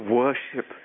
worship